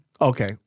okay